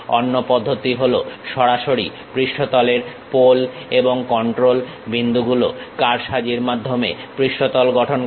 অন্য পদ্ধতি হলো সরাসরি পৃষ্ঠতলের পোল এবং কন্ট্রোল বিন্দুগুলো কারসাজির মাধ্যমে পৃষ্ঠতল গঠন করা